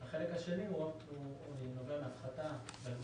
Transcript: וחלק שני הוא נובע מהפחתה ב-...